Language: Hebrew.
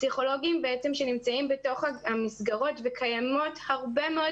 הפסיכולוגים שנמצאים בתוך המסגרות וקיימות הרבה מאוד